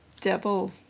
double